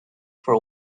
for